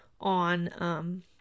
on